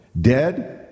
dead